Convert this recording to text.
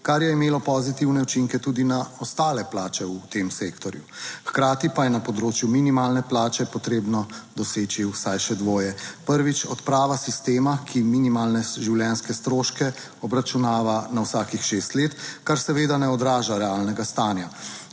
kar je imelo pozitivne učinke tudi na ostale plače v tem sektorju, hkrati pa je na področju minimalne plače potrebno doseči vsaj še dvoje. Prvič, odprava sistema, ki minimalne življenjske stroške obračunava na vsakih šest let, kar seveda ne odraža realnega stanja.